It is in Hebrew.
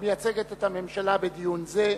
המייצגת את הממשלה בדיון זה.